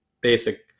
basic